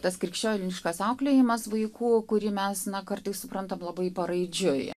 tas krikščioniškas auklėjimas vaikų kurį mes na kartais suprantam labai paraidžiui